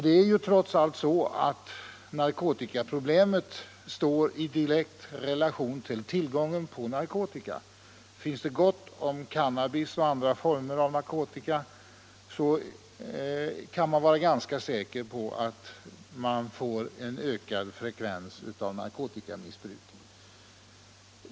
Det är trots allt så att narkotikaproblemet står i direkt relation till tillgången på narkotika. Finns det gott om cannabis och andra former av narkotika så kan man vara ganska säker på att man får ökad frekvens av narkotikamissbruk.